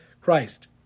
Christ